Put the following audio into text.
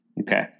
Okay